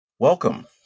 welcome